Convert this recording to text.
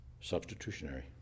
substitutionary